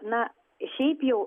na šiaip jau